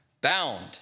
bound